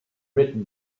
written